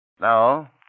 Now